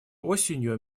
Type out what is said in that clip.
осенью